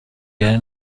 گری